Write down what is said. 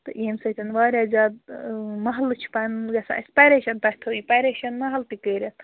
تہٕ ییٚمہِ سۭتۍ واریاہ زیادٕ محلہٕ چھُ پَنُن گژھان اَسہِ پریشان تۄہہِ تھٲیو پریشان محل تہِ کٔرِتھ